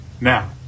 now